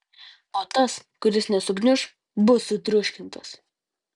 o tas kuris nesugniuš bus sutriuškintas